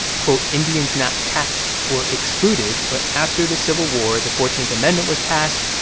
quote, indians not taxed were excluded. but after the civil war, the fourteenth amendment was passed.